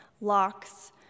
locks